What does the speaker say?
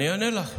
אני אענה לך.